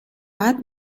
بعد